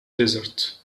desert